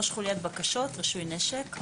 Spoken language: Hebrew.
ראש חוליית בקשות לרישוי נשק,